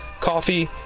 coffee